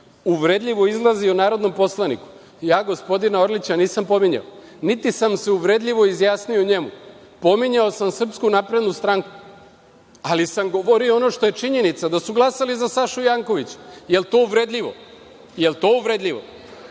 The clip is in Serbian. uvredljivo izrazi o narodnom poslaniku. Ja gospodina Orlića nisam pominjao, niti sam se uvredljivo izjasnio o njemu. Pominjao sam SNS, ali sam govorio ono što je činjenica, da su glasali za Sašu Jankovića, je li to uvredljivo? Je li vas